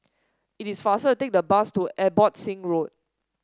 it is faster to take the bus to Abbotsingh Road